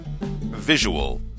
Visual